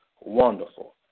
Wonderful